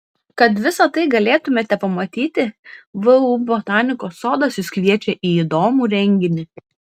kad visa tai galėtumėte pamatyti vu botanikos sodas jus kviečia į įdomų renginį